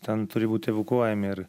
ten turi būti evakuojami ir